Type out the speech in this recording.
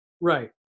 Right